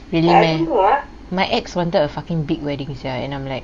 really man my ex wanted a fucking big wedding sia and I'm like